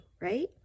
Right